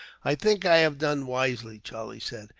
i think i have done wisely, charlie said.